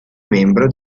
membro